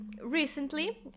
recently